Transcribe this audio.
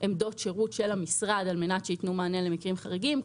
עמדות שירות של המשרד על מנת לתת מענה למקרים חריגים.